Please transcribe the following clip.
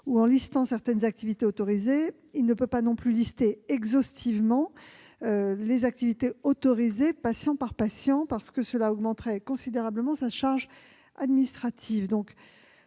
ou en énumérant certaines activités autorisées, il ne peut pas dresser la liste exhaustive des activités autorisées patient par patient : cela augmenterait considérablement sa charge administrative.